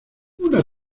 una